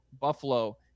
Buffalo